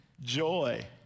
joy